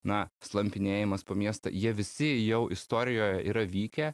na slampinėjimas po miestą jie visi jau istorijoje yra vykę